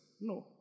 No